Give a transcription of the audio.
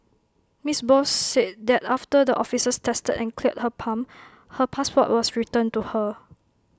miss Bose said that after the officers tested and cleared her pump her passport was returned to her